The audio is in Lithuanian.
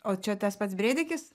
o čia tas pats brėdikis